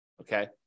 Okay